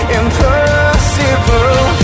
impossible